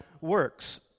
works